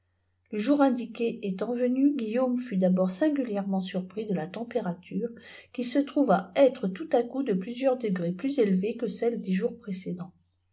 le joijr indiqué étant venu guilume fut d'sbord singulièrement surpris dq la température ui se trouva être tout à coup de plusieurs degrés plus evée que celte des jours précédents